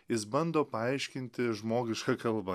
jis bando paaiškinti žmogiška kalba